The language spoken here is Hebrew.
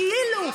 כאילו,